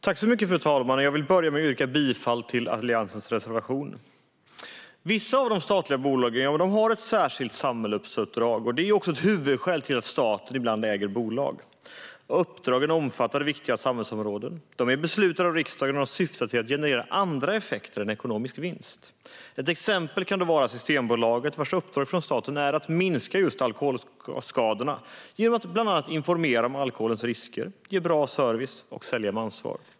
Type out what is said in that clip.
Fru talman! Jag vill börja med att yrka bifall till Alliansens reservation. Vissa av de statliga bolagen har ett särskilt samhällsuppdrag. Det är ett huvudskäl till att staten ibland äger bolag. Uppdragen omfattar viktiga samhällsområden. De är beslutade av riksdagen, och de syftar till att generera andra effekter än ekonomisk vinst. Ett exempel är Systembolaget, vars uppdrag från staten är att minska alkoholskadorna genom att bland annat informera om alkoholens risker, ge bra service och sälja med ansvar.